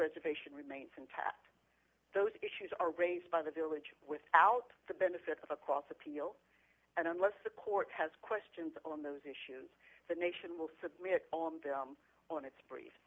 reservation remains intact those issues are raised by the village without the benefit of a cross appeal and unless the court has questions on those issues the nation will submit on them on its brief